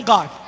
God